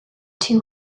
two